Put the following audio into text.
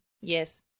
Yes